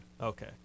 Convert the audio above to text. Okay